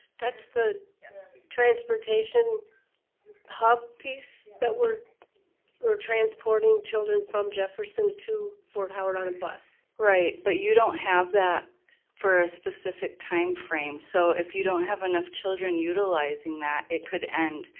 that's the transportation hub piece that we're we're transporting children from jefferson to fort howard on a bus. right, but you don't have that for a specific time frame, so if you don't have enough children utilizing that, it could end,